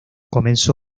comenzó